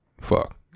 fuck